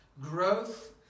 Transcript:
growth